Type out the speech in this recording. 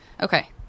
Okay